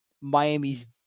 Miami's